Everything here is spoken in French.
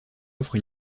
offre